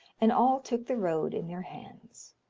and all took the road in their hands.